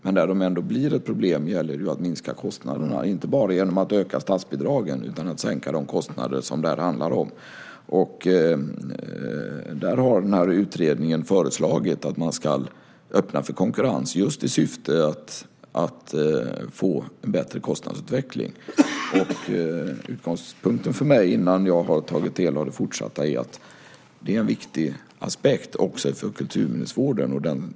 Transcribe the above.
Men där det ändå blir ett problem gäller det att minska kostnaderna, inte bara genom att öka statsbidragen utan genom att sänka de kostnader som det här handlar om. Där har utredningen föreslagit att man ska öppna för konkurrens, just i syfte att få en bättre kostnadsutveckling. Utgångspunkten för mig, innan jag har tagit del av den fortsatta utvecklingen, är att det är en viktig aspekt också för kulturminnesvården.